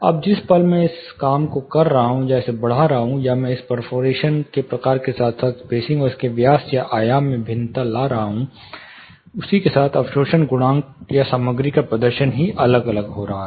अब जिस पल मैं इसे कम कर रहा हूं या इसे बढ़ा रहा हूं या मैं इस परफोर्रेशन के प्रकार के साथ साथ स्पेसिंग और इसके व्यास या आयाम में भिन्नता ला रहा हूं फिर अवशोषण गुणांक या सामग्री का प्रदर्शन ही अलग अलग हो रहा है